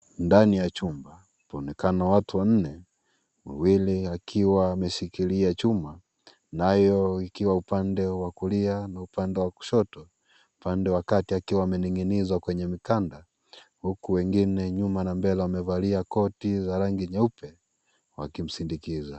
Ndani ya chumba paonekana watu wanne, wawili akiwa ameshikilia chuma, nayo ikiwa upande wa kulia na upande wa kushoto upande wa kati akiwa ameninginizwa kwenye mkanda huku wengine nyuma na mbele wamevalia koti za rangi nyeupe, wakimsindikiza.